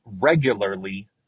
regularly